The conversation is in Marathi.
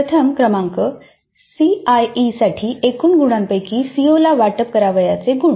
प्रथम क्रमांकः सीआयईसाठी एकूण गुणांपैकी सीओला वाटप करावयाचे गुण